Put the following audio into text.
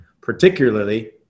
particularly